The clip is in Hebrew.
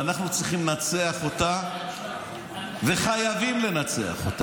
ואנחנו צריכים לנצח בה וחייבים לנצח בה.